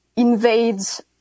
invades